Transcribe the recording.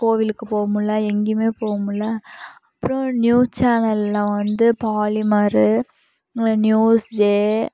கோவிலுக்கு போகமுடில்ல எங்கேயுமே போக முடில்ல அப்புறோம் நியூஸ் சேனலில் வந்து பாலிமர் நியூஸ் ஜே